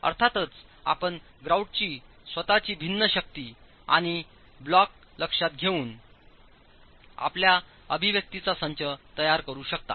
अर्थातच आपणग्रॉउटची स्वतःची भिन्न शक्ती आणि ब्लॉक लक्षात घेऊन आपल्या अभिव्यक्तींचा संचविकसित करू शकता